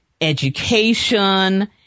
education